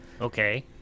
Okay